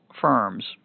firms